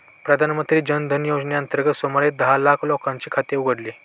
प्रधानमंत्री जन धन योजनेअंतर्गत सुमारे दहा लाख लोकांची खाती उघडली